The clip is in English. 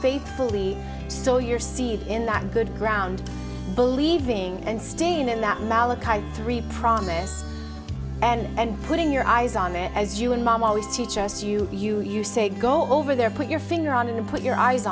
faithfully still your seed in that good ground believing and staying in that malak three promise and putting your eyes on it as you and mom always teach us you you you say go over there put your finger on and put your eyes